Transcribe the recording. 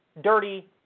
dirty